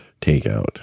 takeout